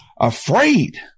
afraid